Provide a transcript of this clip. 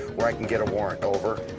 where i can get a warrant, over?